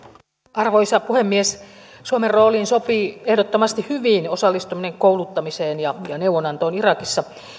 arvoisa puhemies suomen rooliin sopii ehdottomasti hyvin osallistuminen kouluttamiseen ja neuvonantoon irakissa